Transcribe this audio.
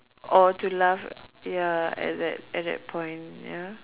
or to laugh ya at that at that point ya